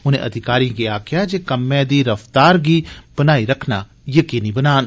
उनें अधिकारिएं गी आक्खेओ जे कम्मै दी रफ्तार गी बनाई रक्खना यकीनी बनान